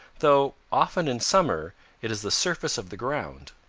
though often in summer it is the surface of the ground.